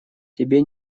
тебе